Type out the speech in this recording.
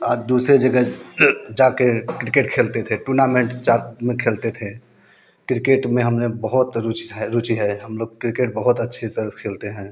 आज दूसरे जगह जाके क्रिकेट खेलते थे टूर्नामेंट जा में खेलते थे क्रिकेट में हमने बहुत रुचि रुचि है हम लोग क्रिकेट बहुत अच्छी तरह से खेलते हैं